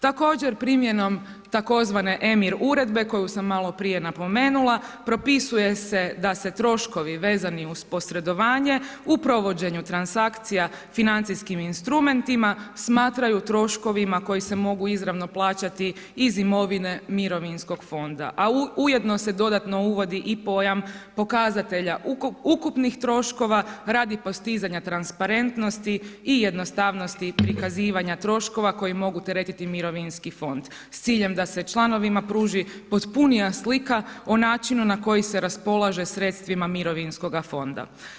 Također primjenom tzv. EMIR uredbe koju sam maloprije napomenula, propisuje se da se troškovi vezani uz posredovanje u provođenju transakcija financijskim instrumentima smatraju troškovima koji se mogu izravno plaćati iz imovine mirovinskog fonda a ujedno se dodatno uvodi i pojam pokazatelja ukupnih troškova radi postizanja transparentnosti i jednostavnosti prikazivanja troškova koji mogu teretiti mirovinski fond s ciljem da se članovima pruži potpunija slika o načinu na koji se raspolaže sredstvima mirovinskoga fonda.